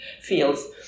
fields